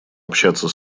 общаться